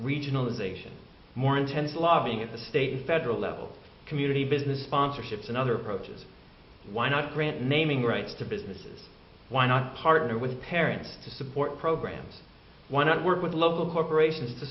regionalization more intense lobbying at the state and federal level community business sponsorships and other approaches why not grant naming rights to businesses why not partner with parents to support programs why not work with local corporations to